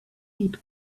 had